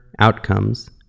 outcomes